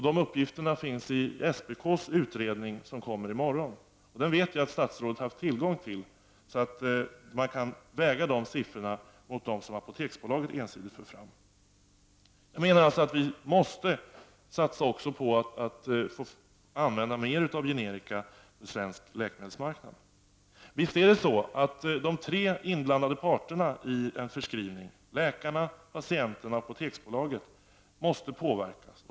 De uppgifterna finns i SPK:s utredning som läggs fram i morgon, och jag vet att statsrådet har haft tillgång till dem. Dessa siffror bör vägas mot dem som Apoteksbolaget ensidigt för fram. Jag menar att vi måste satsa på att använda fler generika på svensk läkemedelsmarknad. De tre inblandade parterna i en förskrivning — läkare, patienter och Apoteksbolaget — måste påverkas.